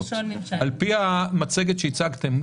על פי המצגת שהצגתם,